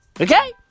Okay